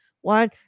One